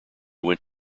went